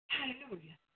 Hallelujah